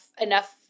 enough